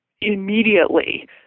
Immediately